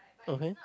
okay